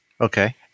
Okay